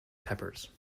peppers